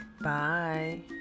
Bye